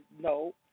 no